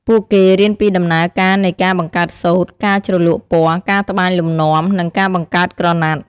ពួកគេរៀនពីដំណើរការនៃ ការបង្កើតសូត្រ ការជ្រលក់ពណ៌ ការត្បាញលំនាំ និងការបង្កើតក្រណាត់។